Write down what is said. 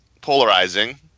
polarizing